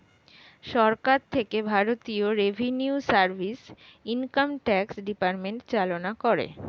সরকার থেকে ভারতীয় revenue service, income tax department চালনা করে